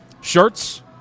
Shirts